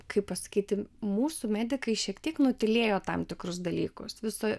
kaip pasakyti mūsų medikai šiek tiek nutylėjo tam tikrus dalykus viso